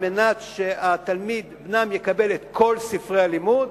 על מנת שבנם יקבל את כל ספרי הלימוד,